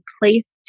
place